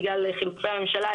בגלל חילופי הממשלה,